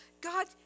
God